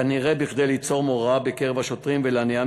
כנראה כדי ליצור מורא בקרב השוטרים ולהניאם